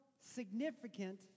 significant